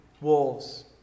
Wolves